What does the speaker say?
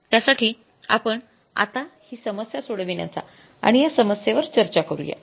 त्यासाठी आपण आता हि समस्या सोडविण्याचा आणि या समस्सेवर चर्चा करू या